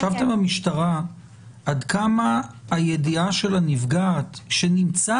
חשבתם במשטרה עד כמה הידיעה של הנפגעת שנמצא